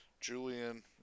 julian